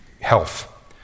health